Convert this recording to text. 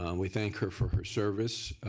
um we thank her for her service